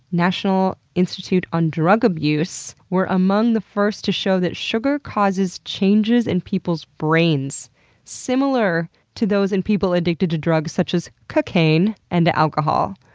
national institute on drug abuse, were among the first to show that sugar causes changes in peoples' brains similar to those in people addicted to drugs such as cocaine and alcohol.